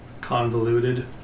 Convoluted